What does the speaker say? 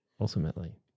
ultimately